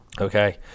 Okay